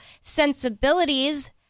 sensibilities